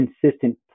consistent